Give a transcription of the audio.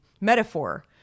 metaphor